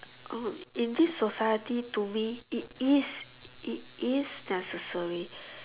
oh in this society to me it it is it is necessary